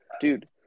dude